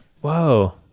Whoa